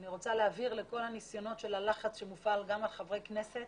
אני רוצה להבהיר לכל הניסיונות של הלחץ שמופעל גם על חברי כנסת